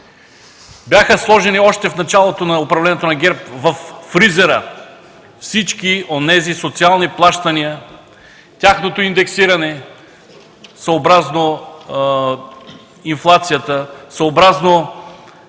през годините. Още в началото на управлението на ГЕРБ бяха сложени във фризера всички онези социални плащания, тяхното индексиране съобразно инфлацията, съобразно